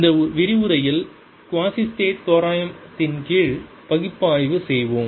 இந்த விரிவுரையில் குவாசிஸ்டேடிக் தோராயத்தின் கீழ் பகுப்பாய்வு செய்வோம்